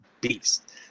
beast